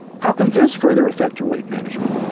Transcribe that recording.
how can this further effect your weight management?